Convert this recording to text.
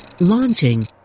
Launching